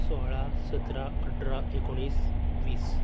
सोळा सतरा अठरा एकुणीस वीस